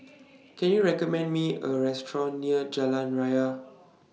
Can YOU recommend Me A Restaurant near Jalan Raya